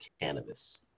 cannabis